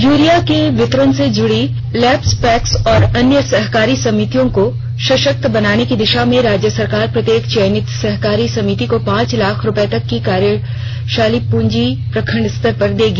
urea के वितरण से जुड़ी लैंप्स पैक्स और अन्य सहकारी समितियों को सशक्त बनाने की दिशा में राज्य सरकार प्रत्येक चयनित सहकारी समिति को पांच लाख रूपये तक की कार्यशील पूंजी प्रखंड स्तर पर देगी